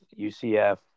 UCF